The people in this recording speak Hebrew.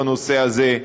בנושא הזה.